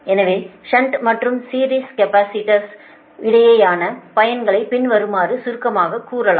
எனவே ஷன்ட் மற்றும் சீரிஸ் கேபஸிடர்ஸ்களுக்கு இடையேயான பயன்களை பின்வருமாறு சுருக்கமாகக் கூறலாம்